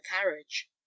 carriage